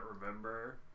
remember